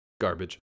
garbage